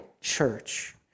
Church